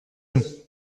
nous